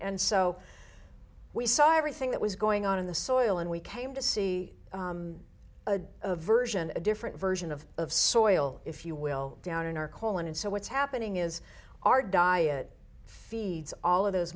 and so we saw everything that was going on in the soil and we came to see a version a different version of of soil if you will down in our colon and so what's happening is our diet feeds all of those